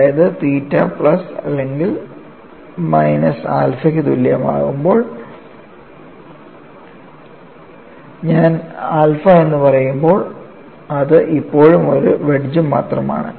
അതായത് theta plus അല്ലെങ്കിൽ minus ആൽഫയ്ക്ക് തുല്യമാകുമ്പോൾ ഞാൻ ആൽഫ എന്ന് പറയുമ്പോൾ അത് ഇപ്പോഴും ഒരു വെഡ്ജ് മാത്രമാണ്